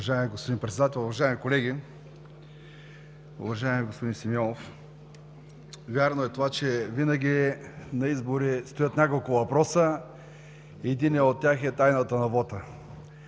Вярно е, че винаги на избори стоят няколко въпроса. Единият от тях е тайната на вота.